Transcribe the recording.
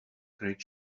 great